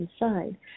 inside